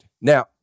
Now